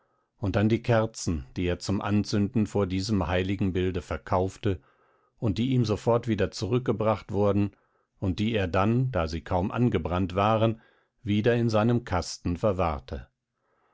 und an die kerzen die er zum anzünden vor diesem heiligenbilde verkaufte und die ihm sofort wieder zurückgebracht wurden und die er dann da sie kaum angebrannt waren wieder in seinem kasten verwahrte